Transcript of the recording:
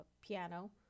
piano